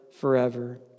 forever